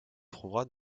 trouva